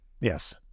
yes